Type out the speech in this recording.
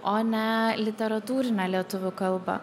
o ne literatūrinę lietuvių kalbą